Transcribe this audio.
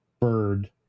bird